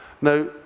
Now